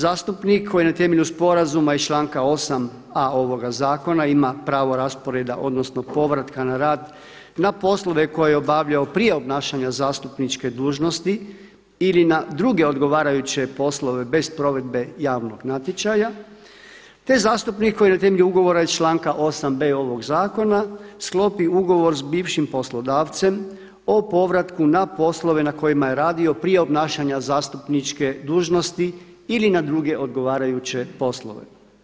Zastupnik koji na temelju sporazuma i članka 8.a ovoga zakona ima pravo rasporeda odnosno povrataka na rad na poslove koje je obavljao prije obnašanja zastupničke dužnosti ili na druge odgovarajuće poslove bez provedbe javnog natječaja, te zastupnik koji na temelju ugovora iz članka 8.b ovog zakona sklopi ugovor s bivšim poslodavcem o povratku na poslove na kojima je radio prije obnašanja zastupničke dužnosti ili na druge odgovarajuće poslove.